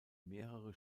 mehrere